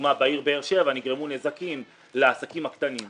לדוגמה בעיר באר שבע נגרמו נזקים לעסקים הקטנים.